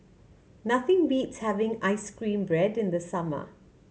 nothing beats having ice cream bread in the summer